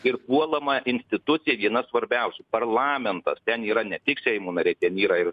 ir puolama institucija viena svarbiausių parlamentas ten yra ne tik seimo nariai ten yra ir